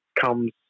comes